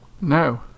No